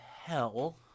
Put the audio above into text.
hell